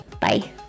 Bye